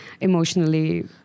emotionally